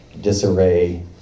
disarray